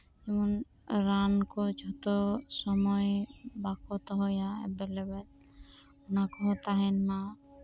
ᱡᱮᱢᱚᱱ ᱨᱟᱱᱠᱩ ᱡᱚᱛᱚ ᱥᱩᱢᱟᱹᱭ ᱵᱟᱠᱩ ᱫᱚᱦᱚᱭᱟ ᱮᱵᱮᱞ ᱮᱵᱮᱞ ᱚᱱᱟᱠᱚᱦᱚᱸ ᱛᱟᱦᱮᱱ ᱢᱟ